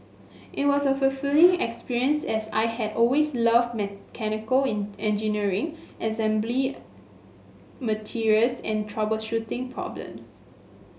it was a fulfilling experience as I had always loved mechanical in engineering assembling materials and troubleshooting problems